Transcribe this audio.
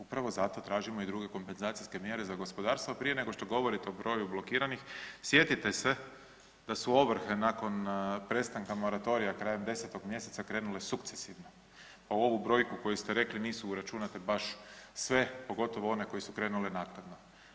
Upravo zato tražimo i druge kompenzacijske mjere za gospodarstvo, a prije nego što govorite o broju blokiranih, sjetite se da su ovrhe nakon prestanka moratorija krajem 10. mj. krenule sukcesivno pa u ovu brojku koju ste rekli nisu uračunate baš sve, pogotovo one koje su krenule naknadno.